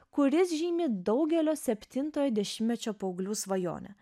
kuris žymi daugelio septintojo dešimtmečio paauglių svajonę